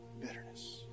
bitterness